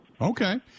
Okay